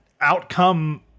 outcome